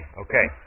okay